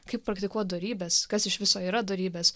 kaip praktikuot dorybes kas iš viso yra dorybės